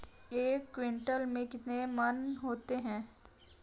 एक क्विंटल में कितने मन होते हैं?